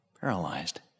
paralyzed